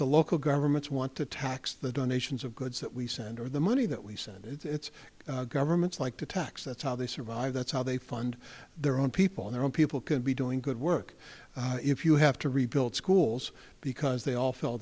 the local governments want to tax the donations of goods that we send or the money that we send it's governments like to tax that's how they survive that's how they fund their own people their own people can be doing good work if you have to rebuild schools because they all fall